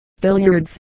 billiards